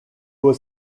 was